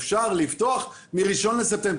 אפשר לפתוח מ-1 בספטמבר,